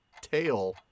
tail